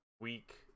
week